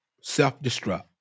self-destruct